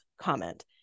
comment